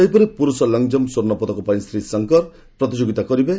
ସେହିପରି ପୁରୁଷ ଲଙ୍ଗଜମ୍ପ ସ୍ୱର୍ଷପଦକ ପାଇଁ ଶ୍ରୀ ଶଙ୍କର ପ୍ରତିଯୋଗିତା କରିବେ